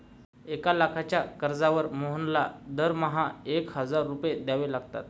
एक लाखाच्या कर्जावर मोहनला दरमहा एक हजार रुपये द्यावे लागतात